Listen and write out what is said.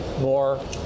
more